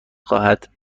خواهد